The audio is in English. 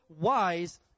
wise